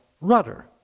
rudder